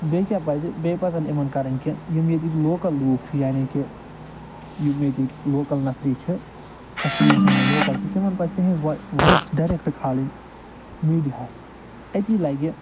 بیٚیہِ کیٛاہ پَزِ بیٚیہِ پَزَن یِمَن کَرٕنۍ کہِ یِم ییٚتِکۍ لوکَل لوٗکھ چھِ یعنی کہِ یِم ییٚتِکۍ لوکَل نفری چھِ کشمیٖرَس منٛز یِم لوکَل چھِ تِمَن پَزِ تِہٕنٛز وۄنۍ وایِس ڈٮ۪رٮ۪کٹ کھالٕنۍ میٖڈِیاہَس أتی لَگہِ